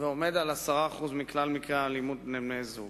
ועומד על 10% מכלל מקרי האלימות בין בני-זוג.